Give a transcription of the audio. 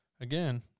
Again